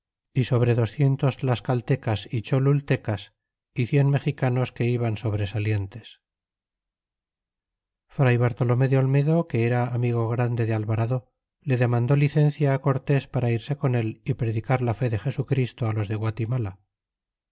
y sobres tlascaltecas y cholultecas y cien mexicanos que iban sobresalientes fray bartolomé de olmedo que era amigo grande de alvarado le demandó licencia á cortés para irse con él é predicar la fe de jesuchristo los de guatimala